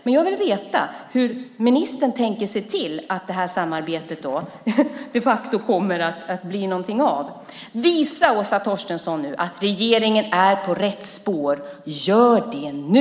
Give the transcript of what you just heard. Men jag vill veta hur ministern då tänker se till att detta samarbete verkligen blir av. Visa nu, Åsa Torstensson, att regeringen är på rätt spår. Gör det nu!